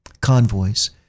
convoys